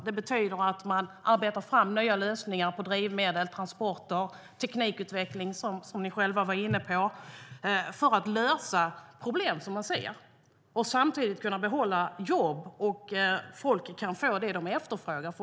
Det betyder att man arbetar fram nya lösningar för drivmedel, transporter, teknikutveckling och sådant ni själva var inne på, för att lösa problem man ser och samtidigt kunna behålla jobb och ge folk det de efterfrågar.